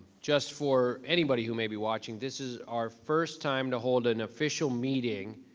just for anybody who may be watching, this is our first time to hold an official meeting.